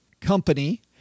company